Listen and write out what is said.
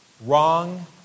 wrong